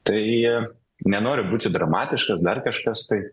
tai nenoriu būti dramatiškas dar kažkas tai